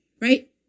right